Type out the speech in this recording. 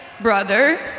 brother